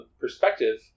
perspective